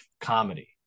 comedy